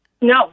No